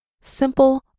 simple